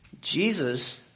Jesus